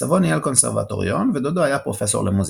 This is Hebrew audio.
סבו ניהל קונסרבטוריון ודודו היה פרופסור למוזיקה.